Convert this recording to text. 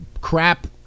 crap